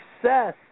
success